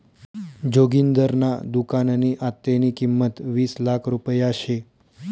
जोगिंदरना दुकाननी आत्तेनी किंमत वीस लाख रुपया शे